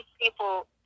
people